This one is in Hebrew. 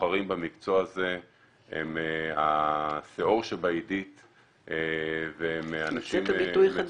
ובוחרים במקצוע הזה הם השאור שבעידית והם אנשים --- המצאת ביטוי חדש.